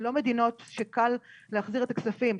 לא מדינות שקל להחזיר את הכספים,